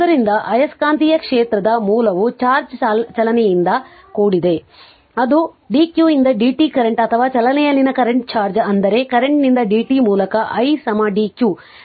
ಆದ್ದರಿಂದ ಆಯಸ್ಕಾಂತೀಯ ಕ್ಷೇತ್ರದ ಮೂಲವು ಚಾರ್ಜ್ ಚಲನೆಯಿಂದ ಕೂಡಿದೆ ಅದು dq ಯಿಂದ dt ಕರೆಂಟ್ ಅಥವಾ ಚಲನೆಯಲ್ಲಿನ ಕರೆಂಟ್ ಚಾರ್ಜ್ ಅಂದರೆ ಕರೆಂಟ್ ನಿಂದ dt ಮೂಲಕ i dq